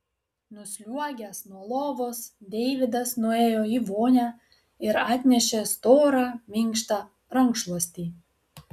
nusliuogęs nuo lovos deividas nuėjo į vonią ir atnešė storą minkštą rankšluostį